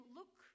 look